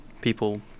people